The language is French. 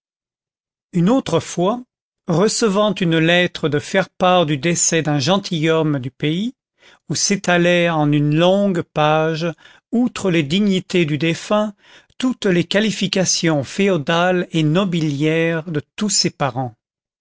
une autre fois recevant une lettre de faire part du décès d'un gentilhomme du pays où s'étalaient en une longue page outre les dignités du défunt toutes les qualifications féodales et nobiliaires de tous ses parents